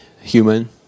human